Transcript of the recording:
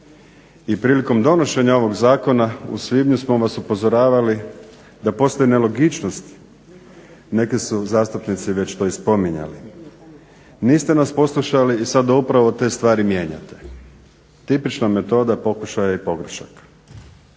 I prilikom donošenja ovoga zakona u svibnju smo vas upozoravali da postoji nelogičnost, neki su zastupnici već to i spominjali, niste nas poslušali i sada upravo te stvari mijenjate. Tipična metoda pokušaja i pogrešaka.